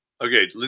Okay